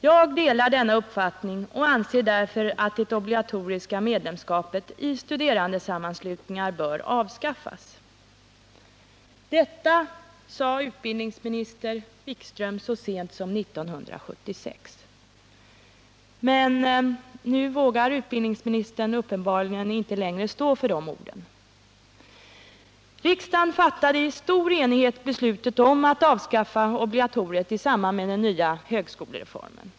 Jag delar denna uppfattning och anser därför att det obligatoriska medlemskapet i studerandesammanslutningar bör avskaffas.” Detta sade utbildningsminister Wikström så sent som 1977. Men nu vågar utbildningsministern uppenbarligen inte längre stå för de orden. Riksdagen fattade i stor enighet beslutet om att avskaffa obligatoriet i samband med den nya högskolereformen.